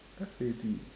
F A D